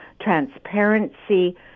transparency